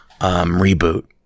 reboot